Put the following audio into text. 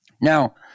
Now